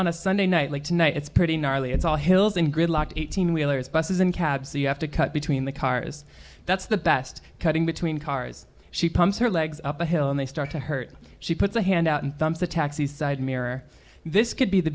on a sunday night like tonight it's pretty gnarly it's all hills in gridlock eighteen wheelers buses in cabs so you have to cut between the cars that's the best cutting between cars she pumps her legs up a hill and they start to hurt she puts a hand out in the taxi side mirror this could be the